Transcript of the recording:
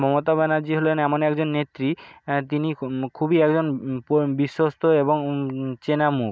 মমতা ব্যানার্জি হলেন এমন একজন নেত্রী তিনি খুবই একজন বিশ্বস্ত এবং চেনা মুখ